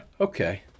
okay